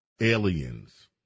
aliens